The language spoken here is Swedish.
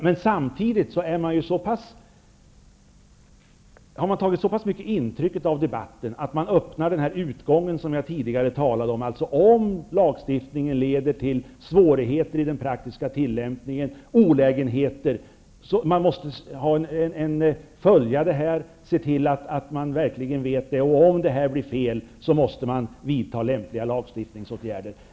Men samtidigt har man tagit så pass mycket intryck av debatten att man öppnar den utgång som jag tidigare har talat om. Om lagstiftningen leder till svårigheter i den praktiska tillämpningen, alltså till olägenheter -- man måste ju följa vad som här gäller -- måste lämpliga lagstiftningsåtgärder vidtas.